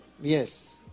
yes